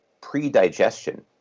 pre-digestion